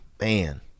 man